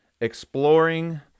exploring